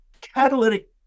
catalytic